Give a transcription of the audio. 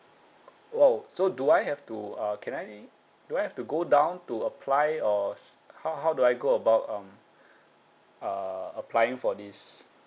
!whoa! so do I have to uh can I do I have to go down to apply or how how do I go about um uh applying for this